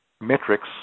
metrics